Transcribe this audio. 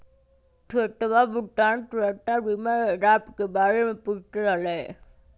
श्वेतवा भुगतान सुरक्षा बीमा के लाभ के बारे में पूछते हलय